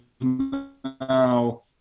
now